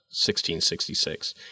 1666